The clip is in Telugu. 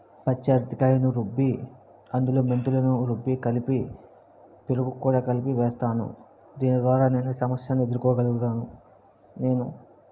పచ్చి అరటి కాయను రుబ్బి అందులో మెంతులను రుబ్బి కలిపి పెరుగు కూడా కలిపి వేస్తాను దీని ద్వారా నేను సమస్యను ఎదుర్కోగలుగుతాను నేను